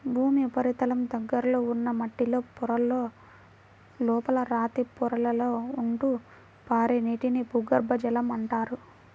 భూమి ఉపరితలం దగ్గరలో ఉన్న మట్టిలో పొరలలో, లోపల రాతి పొరలలో ఉంటూ పారే నీటిని భూగర్భ జలం అంటారు